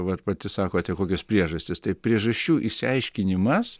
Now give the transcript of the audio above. vat pati sakote kokios priežastys tai priežasčių išsiaiškinimas